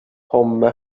homme